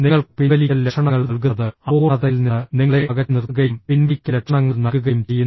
നിങ്ങൾക്ക് പിൻവലിക്കൽ ലക്ഷണങ്ങൾ നൽകുന്നത് അപൂർണ്ണതയിൽ നിന്ന് നിങ്ങളെ അകറ്റിനിർത്തുകയും പിൻവലിക്കൽ ലക്ഷണങ്ങൾ നൽകുകയും ചെയ്യുന്നു